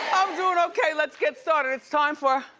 i'm doin' okay, let's get started. it's time for.